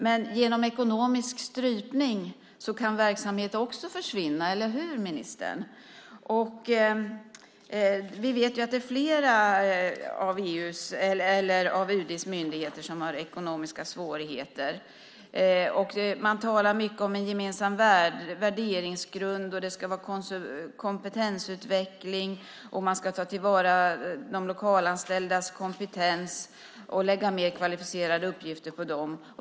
Men genom ekonomisk strypning kan också verksamhet försvinna, eller hur ministern? Vi vet att det är flera av UD:s myndigheter som har ekonomiska svårigheter. Man talar mycket om en gemensam värdegrund, kompetensutveckling och att man ska ta till vara de lokalanställdas kompetens och lägga mer kvalificerade uppgifter på dem.